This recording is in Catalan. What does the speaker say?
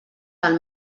del